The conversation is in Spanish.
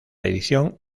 edición